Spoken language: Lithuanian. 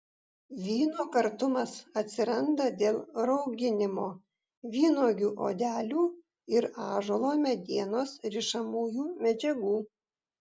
vyno kartumas atsiranda dėl rauginimo vynuogių odelių ir ąžuolo medienos rišamųjų medžiagų